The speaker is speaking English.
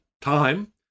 Time